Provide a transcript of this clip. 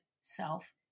self